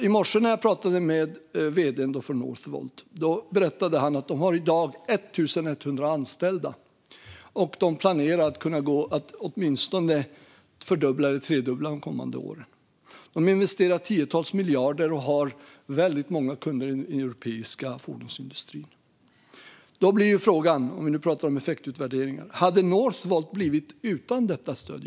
I morse när jag pratade med vd:n för Northvolt berättade han att de i dag har 1 100 anställda och planerar att åtminstone fördubbla, kanske tredubbla, det antalet de kommande åren. De investerar tiotals miljarder och har väldigt många kunder i den europeiska fordonsindustrin. Då är frågan, om vi nu pratar om effektutvärderingar: Hade Northvolt blivit av utan detta stöd?